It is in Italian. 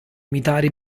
imitare